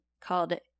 called